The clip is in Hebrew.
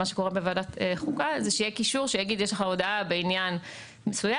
מה שקורה בוועדת החוקה זה שיהיה קישור שיגיד שיש לך הודעה בעניין מסוים.